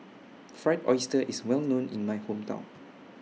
Fried Oyster IS Well known in My Hometown